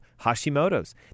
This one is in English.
Hashimoto's